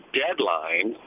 deadline